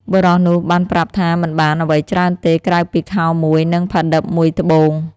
បុរសនោះបានប្រាប់ថាមិនបានអ្វីច្រើនទេ ក្រៅពីខោមួយ និងផាឌិបមួយត្បូង។